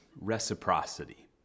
reciprocity